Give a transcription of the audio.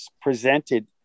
presented